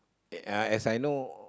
uh as I know